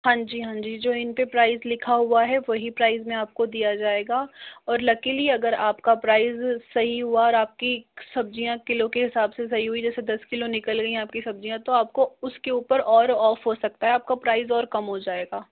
हाँ जी हाँ जी जो इन पर प्राइस लिखा हुआ है वही प्राइस में आपको दिया जाएगा और लकीली अगर आपका प्राइस सही हुआ और आपकी सब्जियां किलो के हिसाब से सही हुई जैसे दस किलो निकल गई आपकी सब्जियां तो आपको उसके ऊपर और ऑफ हो सकता है आपका प्राइस और कम हो जाएगा